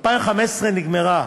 2015 נגמרה.